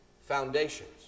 foundations